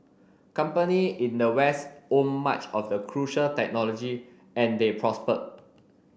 company in the west owned much of the crucial technology and they prospered